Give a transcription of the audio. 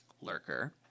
Lurker